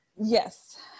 Yes